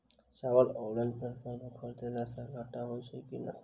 चावल online platform पर खरीदलासे घाटा होइ छै या नफा?